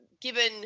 given